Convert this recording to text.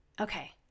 Okay